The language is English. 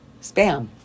Spam